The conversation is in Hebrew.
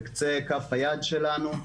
את הטלפון הנייד) בקצה כף היד שלנו,